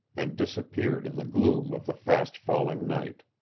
and disappeared in the gloom of the fast falling night.